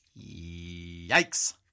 Yikes